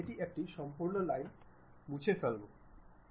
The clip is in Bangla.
এখন এটি হল সেই স্লাইস টি যা আমি পেতে চাই